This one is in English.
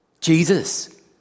Jesus